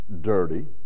dirty